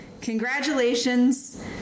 Congratulations